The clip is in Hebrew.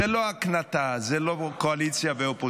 זאת לא הקנטה, זה לא קואליציה ואופוזיציה.